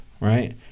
right